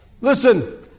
Listen